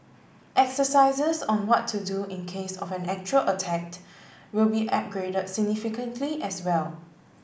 exercises on what to do in case of an actual attack will be upgraded significantly as well